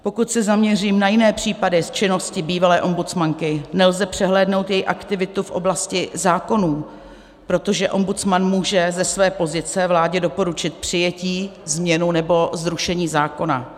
Pokud se zaměřím na jiné případy z činnosti bývalé ombudsmanky, nelze přehlédnout její aktivitu v oblasti zákonů, protože ombudsman může ze své pozice vládě doporučit přijetí, změnu nebo zrušení zákona.